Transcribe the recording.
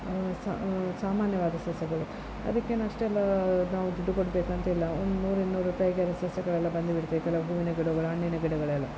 ಸಾಮಾನ್ಯವಾದ ಸಸ್ಯಗಳು ಅದಕ್ಕೇನು ಅಷ್ಟೆಲ್ಲ ನಾವು ದುಡ್ಡು ಕೊಡಬೇಕಂತಿಲ್ಲ ಒಂದು ನೂರಿನ್ನೂರು ರೂಪಾಯಿಗೆ ಸಸ್ಯಗಳೆಲ್ಲ ಬಂದುಬಿಡುತ್ತೆ ಕೆಲವು ಹೂವಿನ ಗಿಡಗಳು ಹಣ್ಣಿನ ಗಿಡಗಳೆಲ್ಲ